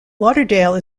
lauderdale